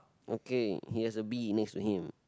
okay he has a bee next to him